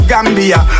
Gambia